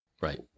Right